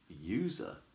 user